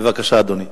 בבקשה, אדוני.